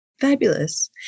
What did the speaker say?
Fabulous